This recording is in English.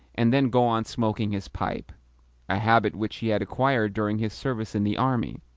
and then go on smoking his pipe a habit which he had acquired during his service in the army,